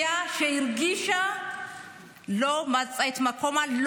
אוכלוסייה שהרגישה שלא מצאה את מקומה.